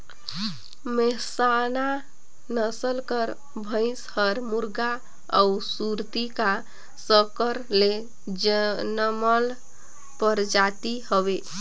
मेहसाना नसल कर भंइस हर मुर्रा अउ सुरती का संकर ले जनमल परजाति हवे